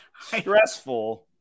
stressful